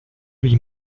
lui